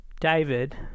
David